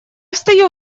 встаю